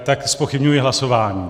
Tak zpochybňuji hlasování.